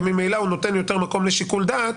וממילא הוא נותן יותר מקום לשיקול דעת,